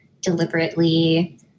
deliberately